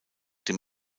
dem